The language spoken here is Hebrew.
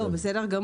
בסדר,